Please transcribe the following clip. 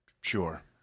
Sure